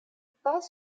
passe